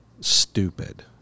stupid